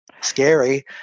Scary